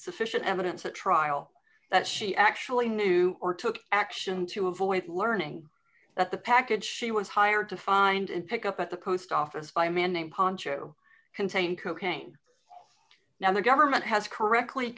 sufficient evidence at trial that she actually knew or took action to avoid learning that the package she was hired to find and pick up at the post office by a man named poncho contained cocaine now the government has correctly